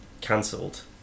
cancelled